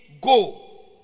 Go